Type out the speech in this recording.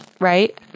Right